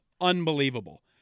unbelievable